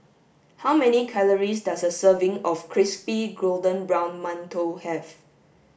how many calories does a serving of crispy golden brown mantou have